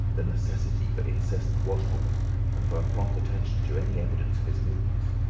the necessity for incessant watchfulness and for a prompt attention to any evidence of his movements.